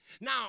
Now